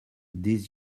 des